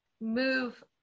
move